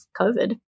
COVID